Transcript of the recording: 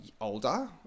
older